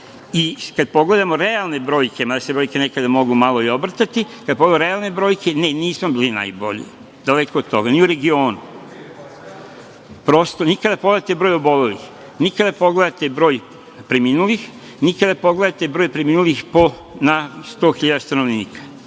pogledamo realne brojke, mada se brojke nekada mogu malo i obrtati, ne, nismo bili najbolji, daleko od toga, ni u regionu, ni kada pogledate broj obolelih, ni kada pogledate broj preminulih, ni kada pogledate broj preminulih na 100 hiljada stanovnika.